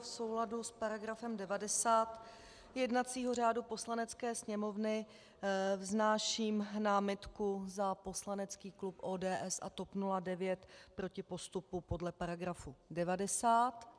V souladu s § 90 jednacího řádu Poslanecké sněmovny vznáším námitku za poslanecký klub ODS a TOP 09 proti postupu podle § 90.